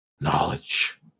knowledge